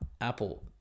Apple